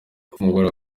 fungura